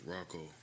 Rocco